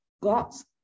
God's